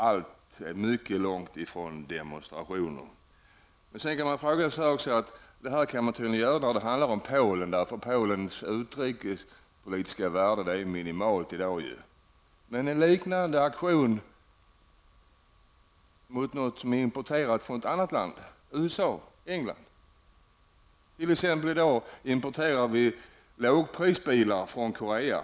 Det är ju mycket långt ifrån fråga om demonstrationer. Men detta kan man tydligen göra när det handlar om Polen, eftersom Polens utrikespolitiska värde i dag är minimalt. Men vad skulle hända vid en liknande aktion mot något som är importerat från ett annat land, t.ex. från USA eller England? I dag importerar vi t.ex. lågprisbilar från Korea.